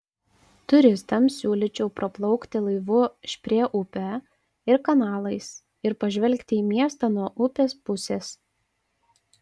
turistams siūlyčiau praplaukti laivu šprė upe ir kanalais ir pažvelgti į miestą nuo upės pusės